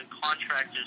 contractors